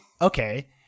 okay